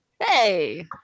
Hey